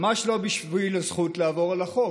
ממש לא בשביל הזכות לעבור על החוק.